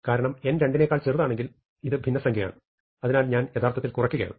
കാരണം n 2നെക്കാൾ ചെറുതാണെങ്കിൽ ഇത് ഭിന്നസംഖ്യയാണ് അതിനാൽ ഞാൻ യഥാർത്ഥത്തിൽ കുറയ്ക്കുകയാണ്